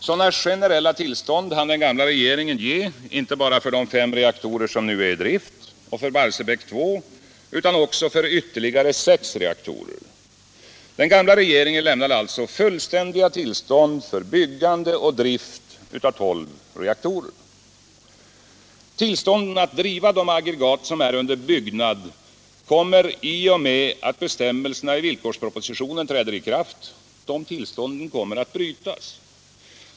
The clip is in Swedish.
Sådana generella tillstånd hann den gamla regeringen ge inte bara för de fem reaktorer som nu är i drift och för Barsebäck 2 utan också för ytterligare sex reaktorer. Den gamla regeringen lämnade alltså fullständiga tillstånd för byggande och drift av tolv reaktorer. Tillstånden att driva de aggregat som är under byggnad kommer i och med att bestämmelserna i villkorspropositionen träder i kraft att brytas.